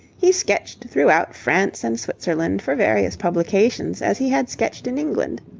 he sketched throughout france and switzerland for various publications as he had sketched in england.